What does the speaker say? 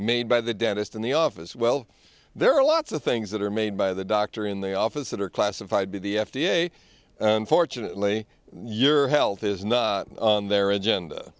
made by the dentist in the office well there are lots of things that are made by the doctor in the office that are classified by the f d a unfortunately your health is not on their agenda